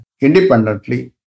independently